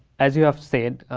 as you have said,